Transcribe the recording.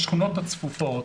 בשכונות הצפופות